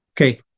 Okay